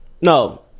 No